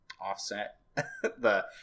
offset—the